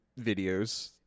videos